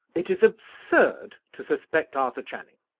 it is absurd to suspect arthur channing.